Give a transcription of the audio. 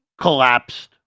collapsed